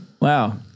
Wow